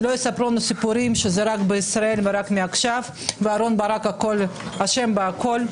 שלא יספרו לנו סיפורים שזה רק בישראל ורק מעכשיו ואהרן ברק אשם בכול.